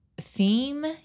theme